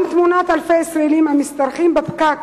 גם תמונת אלפי ישראלים המשתרכים בפקק